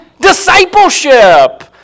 discipleship